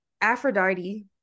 Aphrodite